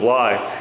life